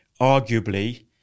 arguably